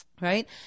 right